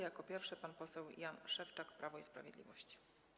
Jako pierwszy pan poseł Jan Szewczak, Prawo i Sprawiedliwość.